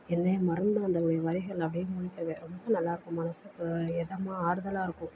என்னையை மறந்து வந்த அந்தமாதிரி வரிகள் அப்படியே ரொம்ப நல்லாயிருக்கும் மனசுக்கு இதமா ஆறுதலாக இருக்கும்